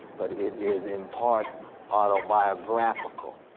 but it is in part autobiographical.